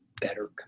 better